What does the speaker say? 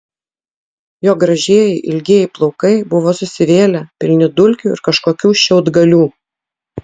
jo gražieji ilgieji plaukai buvo susivėlę pilni dulkių ir kažkokių šiaudgalių